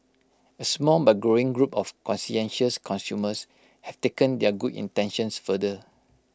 A small but growing group of conscientious consumers have taken their good intentions further